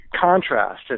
contrast